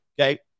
Okay